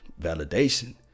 validation